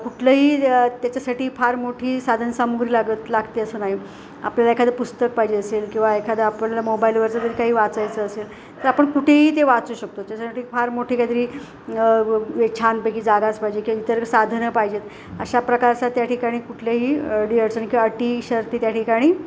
कुठलंही त्याच्यासाठी फार मोठी साधनसामुग्री लागत लागते असं नाही आपल्याला एखादं पुस्तक पाहिजे असेल किंवा एखादं आपल्याला मोबाईलवरचं जरी काही वाचायचं असेल तर आपण कुठेही ते वाचू शकतो त्याच्यासाठी फार मोठी काहीतरी छानपैकी जागाच पाहिजे किंवा इतर साधनं पाहिजेत अशा प्रकारचा त्या ठिकाणी कुठल्याही अडीअडचणी किंवा अटी शर्ती त्या ठिकाणी